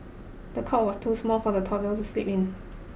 the cot was too small for the toddler to sleep in